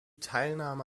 teilnahme